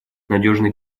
надежный